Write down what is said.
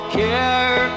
care